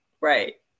Right